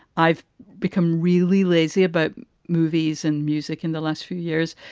i've become really lazy about movies and music in the last few years.